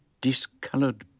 discoloured